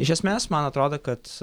iš esmės man atrodo kad